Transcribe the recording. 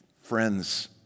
Friends